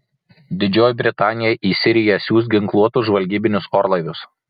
didžioji britanija į siriją siųs ginkluotus žvalgybinius orlaivius